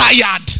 tired